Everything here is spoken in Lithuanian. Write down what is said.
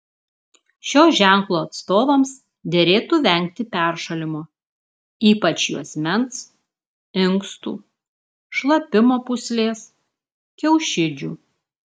šio ženklo atstovams derėtų vengti peršalimo ypač juosmens inkstų šlapimo pūslės kiaušidžių